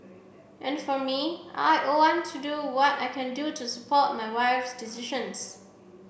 and for me I want to do what I can to support my wife's decisions